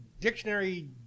dictionary